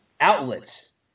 outlets